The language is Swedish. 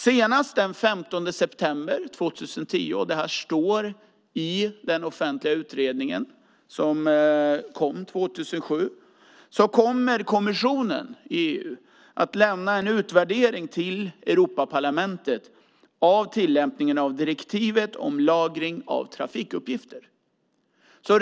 Senast den 15 september 2010 kommer EU-kommissionen att lämna en utvärdering till Europaparlamentet av tillämpningen av direktivet om lagring av trafikuppgifter. Det står i den offentliga utredning som kom 2007.